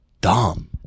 dumb